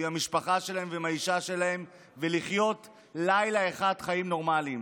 עם המשפחה שלהם ועם האישה שלהם ולחיות לילה אחד חיים נורמליים.